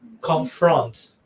confront